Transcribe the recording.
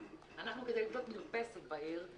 אנחנו כדי לבדוק מרפסת בעיר,